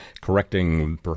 correcting